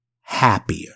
happier